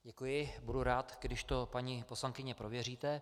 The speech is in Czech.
Děkuji, budu rád, když to paní poslankyně prověříte.